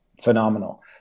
phenomenal